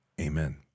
amen